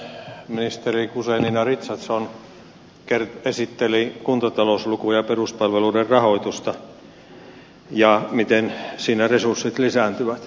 ministeri guzenina richardson esitteli kuntatalouslukuja ja peruspalveluiden rahoitusta ja sitä miten siinä resurssit lisääntyvät